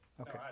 Okay